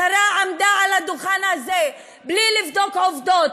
השרה עמדה על הדוכן הזה בלי לבדוק עובדות,